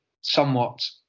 somewhat